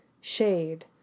Shade